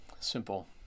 Simple